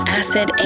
acid